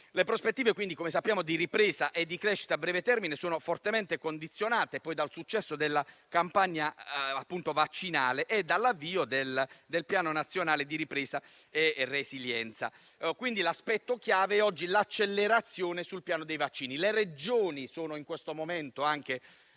Le prospettive di ripresa e di crescita a breve termine sono fortemente condizionate dal successo della campagna vaccinale e dall'avvio del Piano nazionale di ripresa e resilienza. L'aspetto chiave è oggi l'accelerazione sul piano dei vaccini. Le Regioni in questo momento hanno